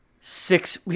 six